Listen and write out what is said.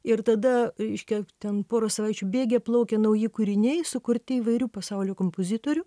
ir tada reiškia ten porą savaičių bėgyje plaukė nauji kūriniai sukurti įvairių pasaulio kompozitorių